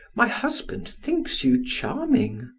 my husband thinks you charming.